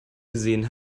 gesehen